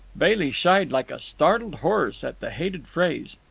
bailey shied like a startled horse at the hated phrase.